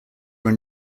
were